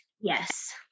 Yes